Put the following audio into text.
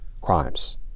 crimes